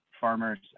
farmers